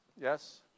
Yes